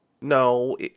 No